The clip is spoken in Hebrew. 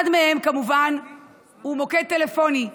אחד מהם הוא כמובן מוקד טלפוני,